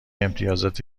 امتیازات